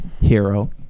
hero